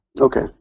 okay